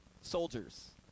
soldiers